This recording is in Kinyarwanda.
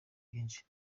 byinshi